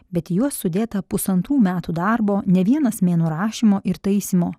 bet į juos sudėta pusantrų metų darbo ne vienas mėnuo rašymo ir taisymo